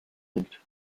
linked